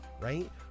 right